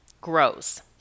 grows